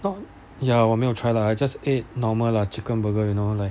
oh ya 我没有 try lah I just ate normal like chicken burger you know like